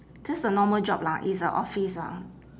just a normal job lah it's a office lah